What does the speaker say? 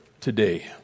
today